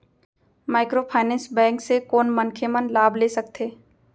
Microfinance bank से कोन मनखे मन लाभ ले सकथे?